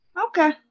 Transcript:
Okay